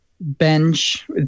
bench